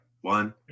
One